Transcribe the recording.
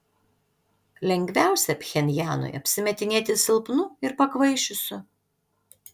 lengviausia pchenjanui apsimetinėti silpnu ir pakvaišusiu